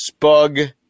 Spug